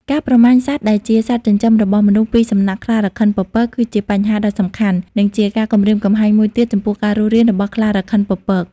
ការប្រមាញ់សត្វដែលជាសត្វចិញ្ចឹមរបស់មនុស្សពីសំណាក់ខ្លារខិនពពក គឺជាបញ្ហាដ៏សំខាន់ និងជាការគំរាមកំហែងមួយទៀតចំពោះការរស់រានរបស់ខ្លារខិនពពក ។